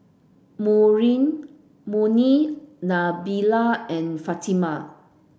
Murni Nabila and Fatimah